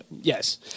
Yes